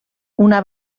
una